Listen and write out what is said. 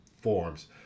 forms